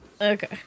Okay